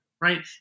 right